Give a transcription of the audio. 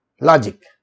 logic